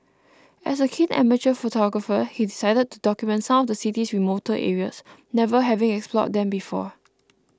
as a keen amateur photographer he decided to document some of the city's remoter areas never having explored them before